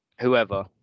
whoever